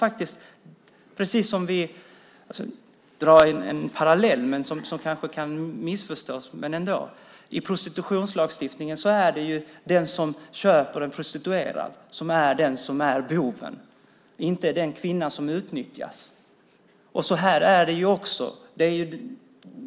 Jag drar en parallell som kanske kan missförstås, men ändå: Enligt prostitutionslagstiftningen är det den som köper en prostituerad som är boven, inte den kvinna som utnyttjas. Så är det också här.